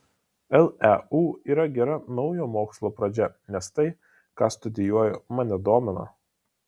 leu yra gera naujo mokslo pradžia nes tai ką studijuoju mane domina